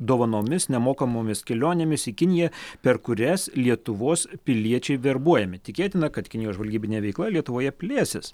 dovanomis nemokamomis kelionėmis į kiniją per kurias lietuvos piliečiai verbuojami tikėtina kad kinijos žvalgybinė veikla lietuvoje plėsis